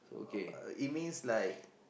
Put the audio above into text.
it means like